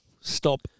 Stop